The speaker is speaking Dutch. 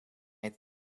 het